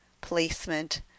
placement